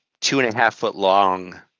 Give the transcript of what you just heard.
two-and-a-half-foot-long